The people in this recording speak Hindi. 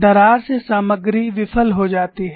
दरार से सामग्री विफल हो जाती है